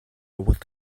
with